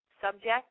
Subject